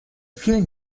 vielen